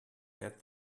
get